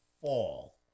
fall